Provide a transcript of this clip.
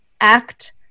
act